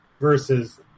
versus